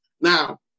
Now